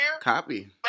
Copy